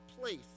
place